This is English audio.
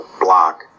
block